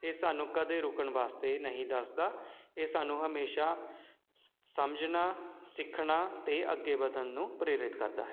ਇਹ ਸਾਨੂੰ ਕਦੇ ਰੁਕਣ ਵਾਸਤੇ ਨਹੀਂ ਦੱਸਦਾ ਇਹ ਸਾਨੂੰ ਹਮੇਸ਼ਾ ਸਮਝਣਾ ਸਿੱਖਣਾ ਅਤੇ ਅੱਗੇ ਵਧਣ ਨੂੰ ਪ੍ਰੇਰਿਤ ਕਰਦਾ ਹੈ